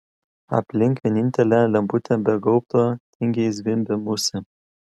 aplink vienintelę lemputę be gaubto tingiai zvimbė musė